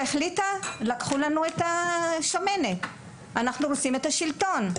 שהחליטה שלקחו לה את השמנת ושהורסים לה את השלטון.